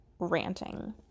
ranting